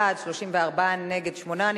34 בעד, שמונה נגד.